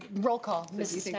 roll call mrs.